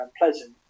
unpleasant